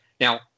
now